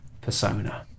Persona